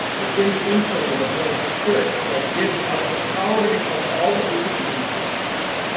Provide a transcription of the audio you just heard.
it's in the infilling of the holy spirit that gives us the power to become all that we can be in christ jesus.